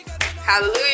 hallelujah